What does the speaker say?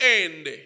end